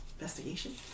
Investigation